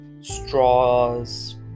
straws